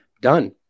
done